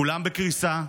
כולם בקריסה.